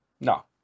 No